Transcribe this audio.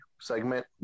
segment